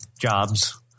jobs